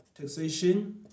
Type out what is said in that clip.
taxation